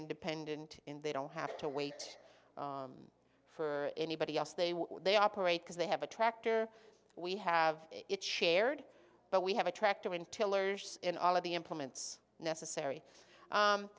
independent in they don't have to wait for anybody else they will they operate because they have a tractor we have it shared but we have a tractor in tiller's in all of the implements necessary